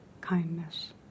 kindness